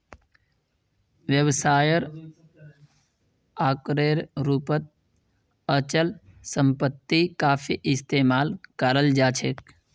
व्यवसायेर आकारेर रूपत अचल सम्पत्ति काफी इस्तमाल कराल जा छेक